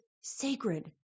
sacred